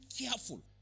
careful